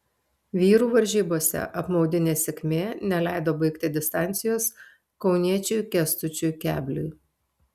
vyrų varžybose apmaudi nesėkmė neleido baigti distancijos kauniečiui kęstučiui kebliui